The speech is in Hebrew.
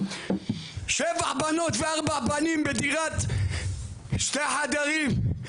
שבע בנות וארבעה בנים בדירת שני חדרים,